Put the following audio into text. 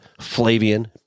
Flavian